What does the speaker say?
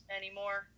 anymore